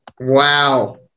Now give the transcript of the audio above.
Wow